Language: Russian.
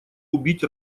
убить